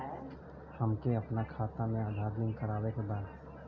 हमके अपना खाता में आधार लिंक करावे के बा?